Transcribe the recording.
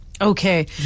Okay